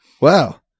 Wow